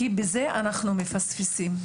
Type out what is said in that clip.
כי בזה אנחנו מפספסים.